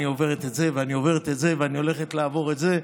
אני עוברת את זה ואני עוברת את זה ואני הולכת לעבור את זה.